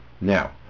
Now